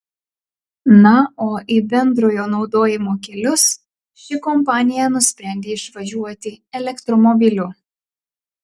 na o į bendrojo naudojimo kelius ši kompanija nusprendė išvažiuoti elektromobiliu